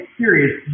serious